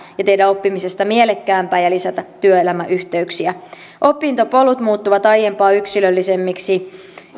ja tehdä oppimisesta mielekkäämpää ja lisätä työelämäyhteyksiä opintopolut muuttuvat aiempaa yksilöllisemmiksi